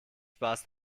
spaß